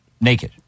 naked